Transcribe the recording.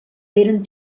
eren